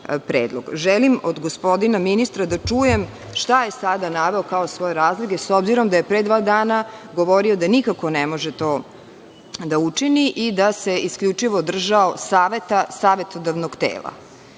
od gospodina ministra da čujem šta je sada naveo kao svoje razloge, s obzirom da je pre dva dana govori da nikako ne može to da učini i da se isključivo državo saveta savetodavnog tela,